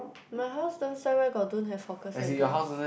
my house downstair where got don't have hawker center